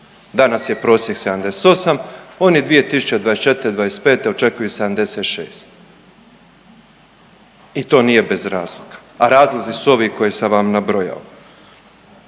Danas je prosjek 78, oni 2024., 25. očekuju 76 i to nije bez razloga, a razlozi su ovi koje sam vam nabrojao.